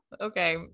Okay